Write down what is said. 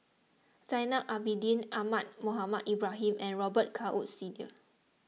Zainal Abidin Ahmad Mohamed Ibrahim and Robet Carr Woods Senior